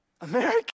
America